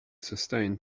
sustained